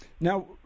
Now